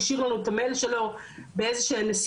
ואז אפשר לשלוח לו מייל ולקוות שהוא פותח ורואה,